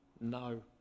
No